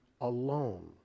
alone